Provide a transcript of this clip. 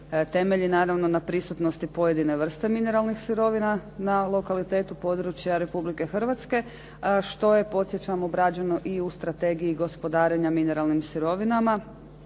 temelji naravno na prisutnosti pojedinih sirovina na lokalitetu područja Republike Hrvatske, što je podsjećam obrađeno i u Strategiji gospodarenja mineralnim sirovinama,